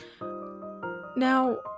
Now